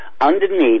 Underneath